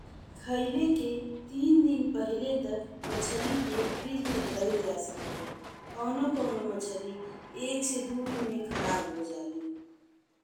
खइले के तीन दिन पहिले तक मछरी के फ्रीज में धईल जा सकेला। कउनो-कउनो मछरी एक से दू दिन में खराब हो जालिन।